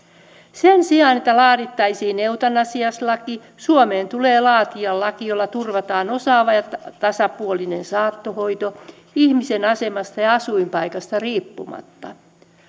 sen sijaan että laadittaisiin eutanasialaki suomeen tulee laatia laki jolla turvataan osaava ja tasapuolinen saattohoito ihmisen asemasta ja asuinpaikasta riippumatta